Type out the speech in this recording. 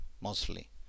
mostly